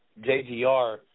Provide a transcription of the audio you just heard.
JGR